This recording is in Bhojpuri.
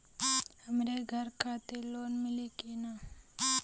हमरे घर खातिर लोन मिली की ना?